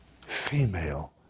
female